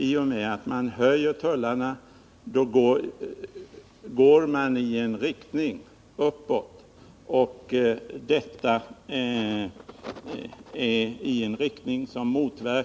I och med att man höjer tullarna går man i en riktning uppåt, och det motverkar u-ländernas 131 intressen.